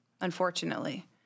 unfortunately